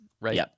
right